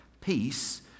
peace